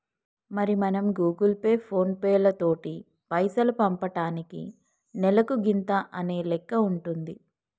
మరి మనం Google Pay ఫోన్ పేలతోటి పైసలు పంపటానికి నెలకు గింత అనే లెక్క ఉంటుంది